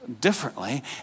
differently